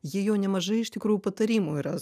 ji jau nemažai iš tikrųjų patarimų yra